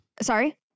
Sorry